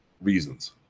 reasons